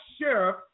sheriff